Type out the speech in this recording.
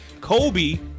Kobe